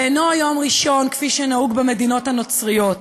ואינו יום ראשון כפי שנהוג במדינות הנוצריות.